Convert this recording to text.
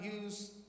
use